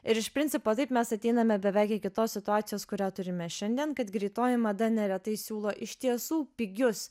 ir iš principo taip mes ateiname beveik iki tos situacijos kurią turime šiandien kad greitoji mada neretai siūlo iš tiesų pigius